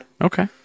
Okay